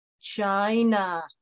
china